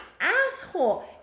asshole